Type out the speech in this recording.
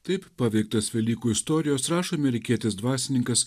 taip paveiktas velykų istorijos rašo amerikietis dvasininkas